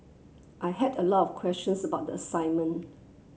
I had a lot of questions about the assignment